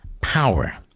power